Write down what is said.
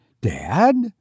Dad